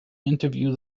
interview